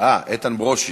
אה, איתן ברושי.